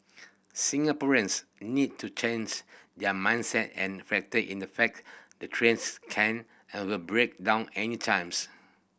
Singaporeans need to change their mindset and factor in the fact the trains can and will break down anytimes